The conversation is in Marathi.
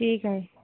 ठीक आहे